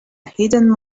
hidden